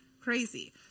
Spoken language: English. crazy